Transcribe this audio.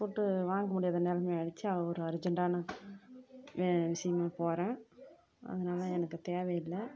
food வாங்க முடியாத நிலமையாயிடுச்சி அவ்வளோ அர்ஜென்டான விஷயமா போகிறேன் அதனால் எனக்கு தேவையில்லை